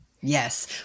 Yes